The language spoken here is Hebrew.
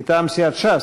מטעם סיעת ש"ס.